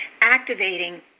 activating